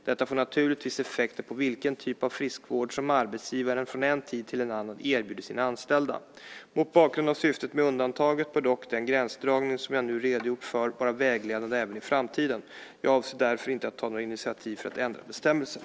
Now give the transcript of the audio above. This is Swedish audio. Detta får naturligtvis effekter på vilken typ av friskvård som arbetsgivaren från en tid till annan erbjuder sina anställda. Mot bakgrund av syftet med undantaget bör dock den gränsdragning som jag nu redogjort för vara vägledande även i framtiden. Jag avser därför inte att ta några initiativ för att ändra bestämmelserna.